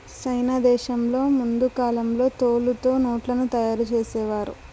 సైనా దేశంలో ముందు కాలంలో తోలుతో నోట్లను తయారు చేసేవారు